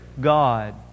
God